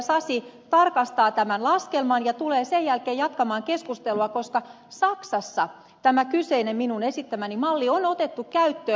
sasi tarkastaa tämän laskelman ja tulee sen jälkeen jatkamaan keskustelua koska saksassa tämä esittämäni malli on otettu käyttöön